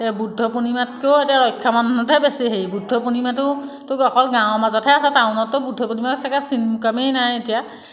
বুদ্ধ পূৰ্ণিমাতকৈয়ো এতিয়া ৰক্ষা বন্ধনতহে বেছি হেৰি বুদ্ধ পূৰ্ণিমাটো অকল গাঁৱৰ মাজতহে আছে টাউনতো বুদ্ধ পূৰ্ণিমা চাগৈ চিন কামেই নাই এতিয়া